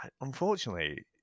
unfortunately